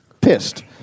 pissed